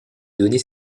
données